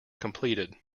completed